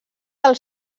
del